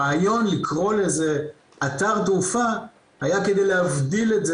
הרעיון לקרוא לזה "אתר תעופה" היה כדי להבדיל את זה